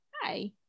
hi